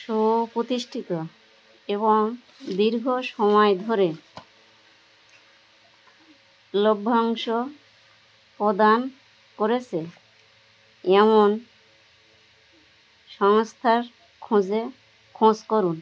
সুপ্রতিষ্ঠিত এবং দীর্ঘ সময় ধরে লভ্যাংশ প্রদান করেছে এমন সংস্থার খোঁজে খোঁজ করুন